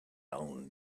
own